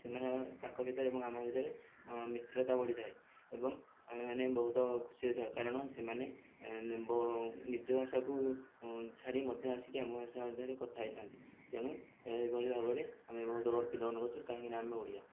ସେମାନେ ତାଙ୍କ ଭିତରେ ଏବଂ ଆମ ଭିତରେ ମିତ୍ରତା ବଢ଼ିଥାଏ ଏବଂ ଆମେମାନେ ବହୁତ ଖୁସି ହୋଇଥାଉ କାରଣ ସେମାନେ ନିଜ ଭାଷାକୁ ଛାଡ଼ି ମଧ୍ୟ ଆସିକି ଆମ ଭାଷା ମଧ୍ୟରେ କଥା ହୋଇଥାନ୍ତି ତେଣୁ ଏହିଭଳି ଭାବରେ ଆମେ ବହୁତ ଗର୍ବିତ ଅନୁଭବ କରୁଛୁ କାହିଁକି ନା ଆମେ ଓଡ଼ିଆ